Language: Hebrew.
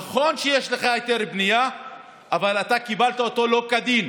נכון שיש לך היתר בנייה אבל אתה קיבלת אותו לא כדין.